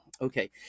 Okay